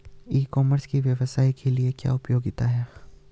ई commerce की व्यवसाय के लिए क्या उपयोगिता है?